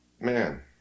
Man